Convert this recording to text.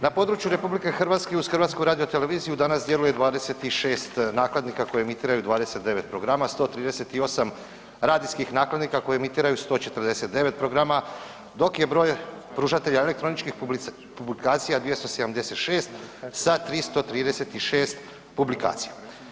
Na području RH uz HRT danas djeluje 26 nakladnika koji emitiraju 29 programa, 138 radijskih nakladnika koji emitiraju 149 programa dok je broj pružatelja elektroničkih publikacija 276 sa 336 publikacija.